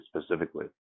specifically